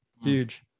Huge